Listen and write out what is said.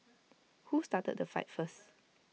who started the fight first